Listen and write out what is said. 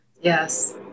Yes